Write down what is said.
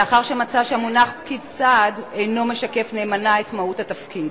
לאחר שמצא שהמונח "פקיד סעד" אינו משקף נאמנה את מהות התפקיד,